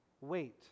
wait